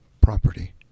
property